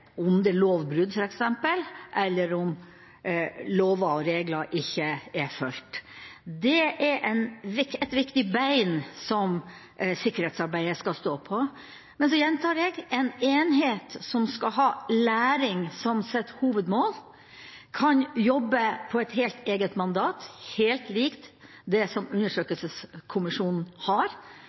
om det er lovbrudd, f.eks., eller om lover og regler ikke er fulgt. Det er et viktig bein som sikkerhetsarbeidet skal stå på. Men så gjentar jeg: En enhet som skal ha læring som sitt hovedmål, kan jobbe på et helt eget mandat, helt likt det undersøkelseskommisjonen har,